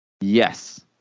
Yes